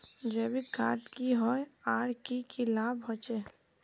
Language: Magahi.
जैविक खाद की होय आर की की लाभ होचे?